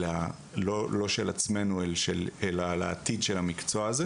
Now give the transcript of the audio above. לא של עצמנו, אלא על העתיד של המקצוע הזה.